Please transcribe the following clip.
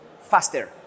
faster